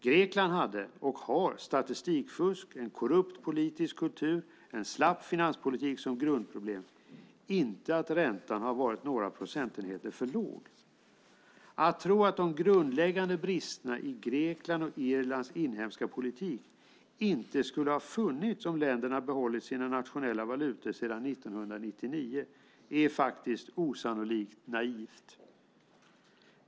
Grekland hade och har statistikfusk, en korrupt politisk kultur och en slapp finanspolitik som grundproblem och inte att räntan har varit några procentenheter för låg. Att tro att de grundläggande bristerna i Greklands och Irlands inhemska politik inte hade funnits om länderna hade behållit sina nationella valutor sedan 1999 är faktiskt osannolikt naivt.